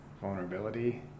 vulnerability